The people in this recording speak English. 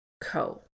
Co